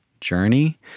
journey